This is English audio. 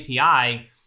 API